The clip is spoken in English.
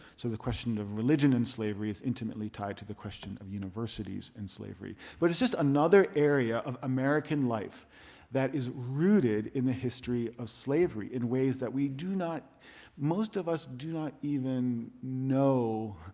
so the question of religion and slavery is intimately tied to the question of universities and slavery. but it's just another area of american life that is rooted in the history of slavery in ways that we do not most of us do not even know